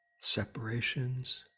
separations